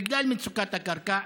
בגלל מצוקת הקרקע,